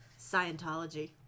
Scientology